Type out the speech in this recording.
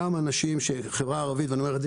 גם אנשים מן החברה הערבית ואני אומר את זה